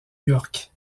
york